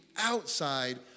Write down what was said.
outside